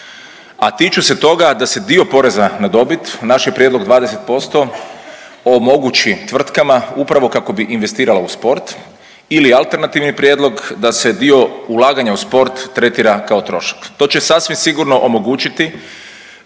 a tiču se toga da dio poreza na dobit, naš je prijedlog 20% omogući tvrtka upravo kako bi investirala u sport ili alternativni prijedlog da se dio ulaganja u sport tretira kao trošak. To će sasvim sigurno omogućiti